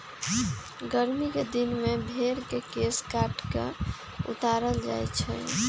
गरमि कें दिन में भेर के केश काट कऽ उतारल जाइ छइ